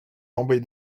tombée